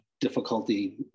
difficulty